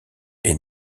est